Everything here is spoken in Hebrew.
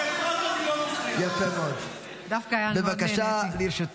לאפרת אני לא מפריע.